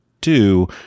two